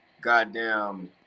goddamn –